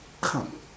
come